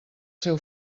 seu